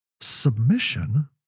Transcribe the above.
submission